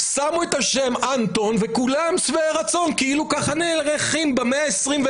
שמו את השם אנטון וכולם שבעי רצון כאילו ככה נערכים במאה ה-21,